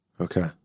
okay